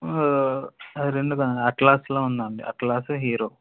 రెండు అట్లాస్లో ఉందండి అట్లాస్ హీరో